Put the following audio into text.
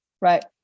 Right